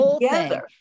together